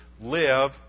live